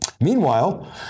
Meanwhile